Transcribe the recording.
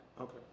Okay